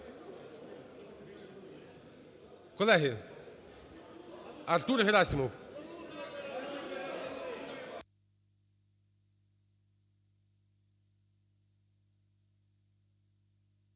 Колеги, Артур Герасимов.